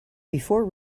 before